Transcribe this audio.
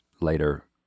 later